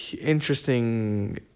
interesting